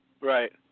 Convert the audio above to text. Right